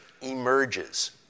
emerges